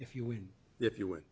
if you win if you win